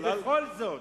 ובכל זאת